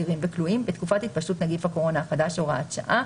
איסרים וכלואים בתקופת התפשטות נגיף הקורונה החדש (הוראת שעה),